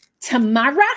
tomorrow